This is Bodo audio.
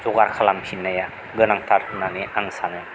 जगार खालामफिननाया गोनांथार होननानै आं सानो